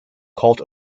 cult